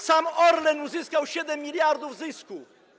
Sam Orlen uzyskał 7 mld zysku.